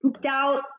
doubt